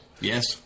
yes